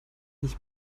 nicht